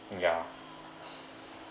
ya